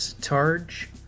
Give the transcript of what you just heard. Targe